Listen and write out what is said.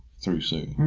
through sue.